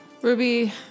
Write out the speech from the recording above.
Ruby